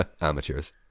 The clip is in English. Amateurs